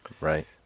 right